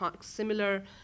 similar